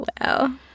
Wow